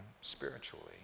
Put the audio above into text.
spiritually